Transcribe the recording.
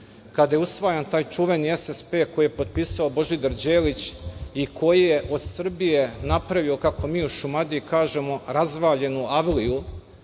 kada je usvajan taj čuveni SSP koji je potpisao Božidar Đelić i koji je od Srbije napravio, kako mi u Šumadiji kažemo, razvaljenu avliju